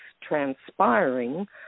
transpiring